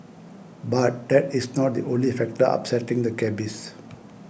but that is not the only factor upsetting the cabbies